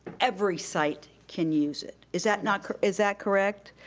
every site can use it. is that not, is that correct?